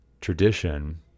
tradition